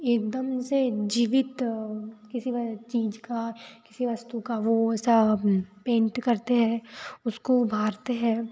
एक दम से जीवित किसी वे चीज़ का किसी वस्तु का वो ऐसा पेंट करते हैं उसको उभारते हैं